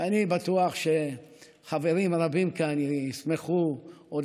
ואני בטוח שחברים רבים כאן ישמחו עוד